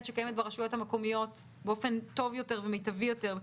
הקיימת ברשויות המקומיות באופן טוב יותר ומיטבי יותר,